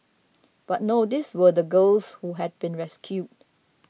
but no these were the girls who had been rescued